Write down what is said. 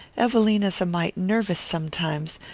evelina's a mite nervous sometimes,